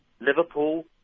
Liverpool